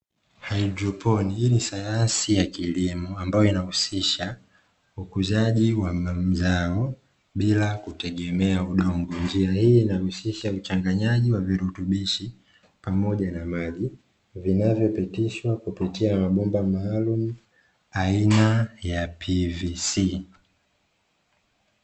Hydroponic hii ni sayansi ya kilimo ambayo inahusisha ukuzaji wa mazao bila kutegemea udongo njia hii inahusisha uchanganyaji wa virutubishi pamoja na maji vinavyopitishwa kupitia mabomba maalumu aina ya pvc.